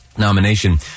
nomination